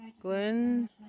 Glenn